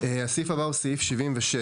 סעיף הבא הוא סעיף 76